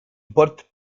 bart